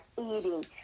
eating